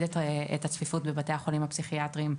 את הצפיפות בבתי החולים הפסיכיאטרים,